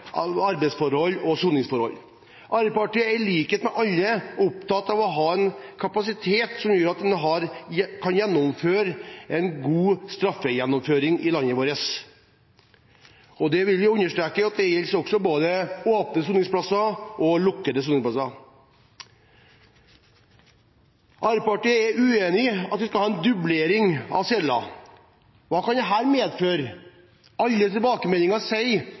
arbeidsforhold og gode soningsforhold. Arbeiderpartiet er, i likhet med alle, opptatt av å ha en kapasitet som gjør at en kan ha en god straffegjennomføring i landet vårt. Og vi vil understreke at det gjelder både åpne og lukkede soningsplasser. Arbeiderpartiet er uenig i at man skal ha en dublering av celler. Hva kan det medføre? Alle tilbakemeldinger